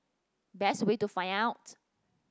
best way to find out